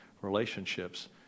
relationships